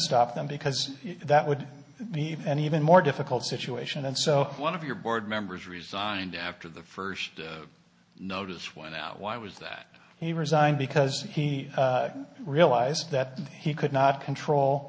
stop them because that would be an even more difficult situation and so one of your board members resigned after the first notice went out why was that he resigned because he realized that he could not control